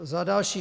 Za další.